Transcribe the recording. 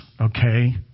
okay